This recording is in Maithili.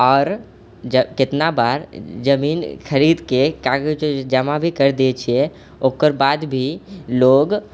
आओर केतना बार जमीन खरीदके कागज उगज जमा भी कर दै छियै ओकर बाद भी लोग